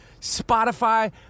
Spotify